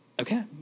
okay